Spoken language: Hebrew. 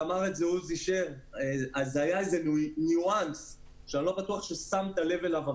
עוזי שר אמר איזה ניואנס שאני לא בטוח ששמת לב אליו.